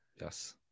Yes